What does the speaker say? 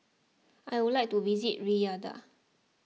I would like to visit Riyadh